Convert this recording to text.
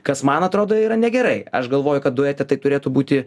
kas man atrodo yra negerai aš galvoju kad duete taip turėtų būti